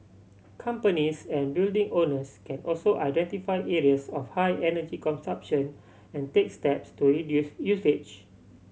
companies and building owners can also identify areas of high energy consumption and take steps to reduce usage